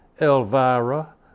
Elvira